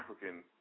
African